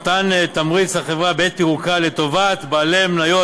מתן תמריץ לחברה בעת פירוקה לטובת בעלי המניות